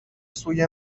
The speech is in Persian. سوی